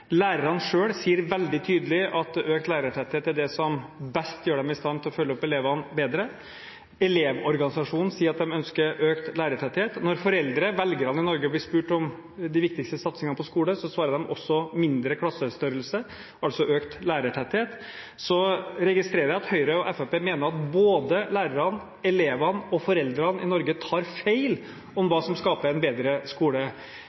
Lærerne selv sier veldig tydelig at økt lærertetthet er det som best gjør dem i stand til å følge opp elevene bedre. Elevorganisasjonen sier at de ønsker økt lærertetthet. Når foreldre – velgerne i Norge – blir spurt om de viktigste satsingene på skole, svarer de også mindre klassestørrelse, altså økt lærertetthet. Så registrerer jeg at Høyre og Fremskrittspartiet mener at både lærerne, elevene og foreldrene i Norge tar feil om hva som skaper en bedre skole.